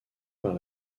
par